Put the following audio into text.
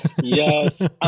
yes